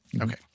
Okay